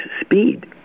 speed